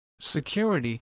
security